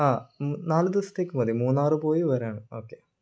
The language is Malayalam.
ആ നാല് ദിവസത്തേക്ക് മതി മൂന്നാർ പോയ് വരാൻ ഓക്കേ